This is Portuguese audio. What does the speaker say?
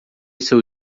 seu